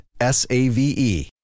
S-A-V-E